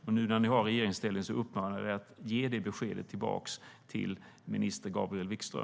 Nu när ni sitter i regeringsställning uppmanar jag dig att ge det beskedet tillbaka till minister Gabriel Wikström.